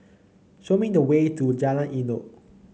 show me the way to Jalan Elok